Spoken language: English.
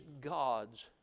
God's